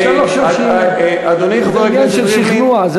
אפשר לחשוב שזה עניין של שכנוע.